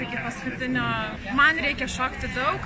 iki paskutinio man reikia šokti daug